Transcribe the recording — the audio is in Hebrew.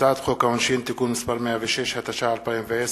הצעת חוק העונשין (תיקון מס' 106), התש"ע 2010,